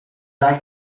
like